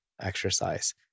exercise